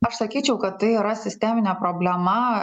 aš sakyčiau kad tai yra sisteminė problema